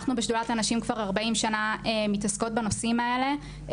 אנחנו בשדולת הנשים כבר 40 שנה מתעסקות בנושאים האלה,